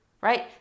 right